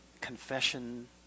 Confession